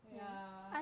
ya